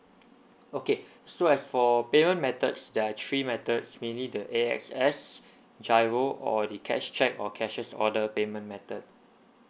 okay so as for payment methods they are three methods mainly the A_X_S G_I_R_O or the cash cheque or cashier order payment method